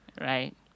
right